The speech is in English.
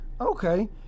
Okay